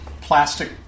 plastic